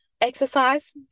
Exercise